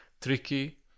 tricky